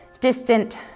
distant